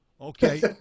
okay